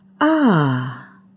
Ah